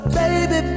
baby